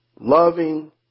loving